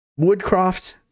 Woodcroft